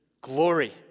glory